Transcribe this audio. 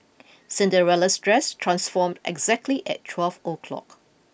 Cinderella's dress transformed exactly at twelve o'clock